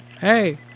Hey